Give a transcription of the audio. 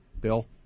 Bill